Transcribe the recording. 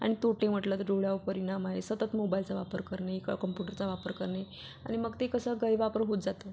अन तोटे म्हटले तर डोळ्यांवर परिणाम आहे सतत मोबाईलचा वापर करणे क कम्प्युटरचा वापर करणे आणि मग ते कसं गैरवापर होत जातो